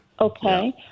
Okay